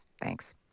Thanks